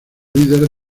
líderes